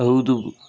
ಹೌದು